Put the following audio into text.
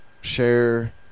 share